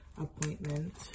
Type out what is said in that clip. appointment